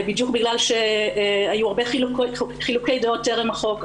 בדיוק בגלל שהיו הרבה חילוקי דעות טרם החוק,